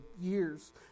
years